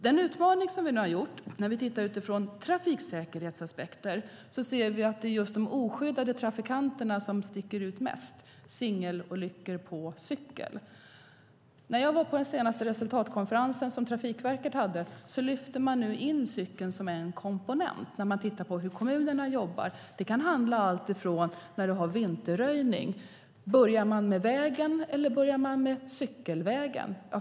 Den utmaning som vi har nu, när vi tittar utifrån trafiksäkerhetsaspekter, gäller att det är just de oskyddade trafikanterna som sticker ut mest. Det är singelolyckor på cykel. När jag var på den senaste resultatkonferensen, som Trafikverket hade, lyfte man in cykeln som en komponent när man tittar på hur kommunerna jobbar. Det kan handla om när man utför vinterröjning - börjar man med vägen eller med cykelvägen?